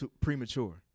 premature